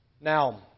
Now